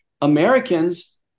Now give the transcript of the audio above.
Americans